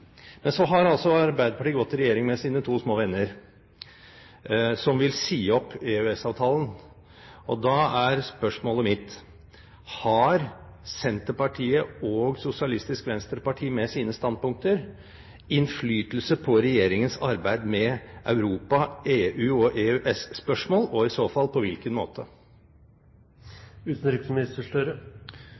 Men så har altså Arbeiderpartiet gått i regjering med sine to små venner som vil si opp EØS-avtalen. Da er spørsmålet mitt: Har Senterpartiet og Sosialistisk Venstreparti med sine standpunkter innflytelse på regjeringens arbeid med Europa, EU og EØS-spørsmål, og i så fall på hvilken